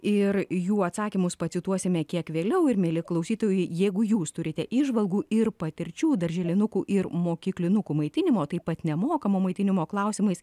ir jų atsakymus pacituosime kiek vėliau ir mieli klausytojai jeigu jūs turite įžvalgų ir patirčių darželinukų ir mokyklinukų maitinimo taip pat nemokamo maitinimo klausimais